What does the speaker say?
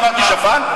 אני אמרתי שפן?